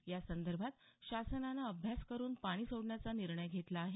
या संदर्भात शासनानं अभ्यास करून पाणी सोडण्याचा निर्णय घेतला आहे